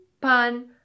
pun